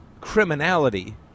criminality